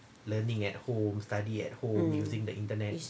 um